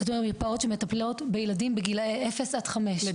זאת אומרת מרפאות שמטפלות בילדים בגילאי לידה עד חמש,